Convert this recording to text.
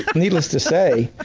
needless to say,